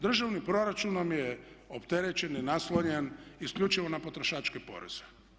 Državni proračun vam je opterećen i naslonjen isključivo na potrošačke poreze.